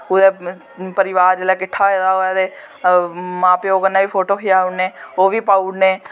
कुदै परिवार जिसलै किट्ठा होए दा होऐ ते मां प्यो कन्नै बी फोटो खचाई ओड़ने ओह् बी पाई ओड़ने